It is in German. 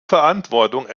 verantwortung